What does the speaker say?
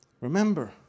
Remember